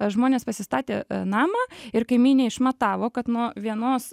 žmonės pasistatė namą ir kaimynė išmatavo kad nuo vienos